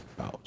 out